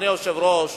אדוני היושב-ראש,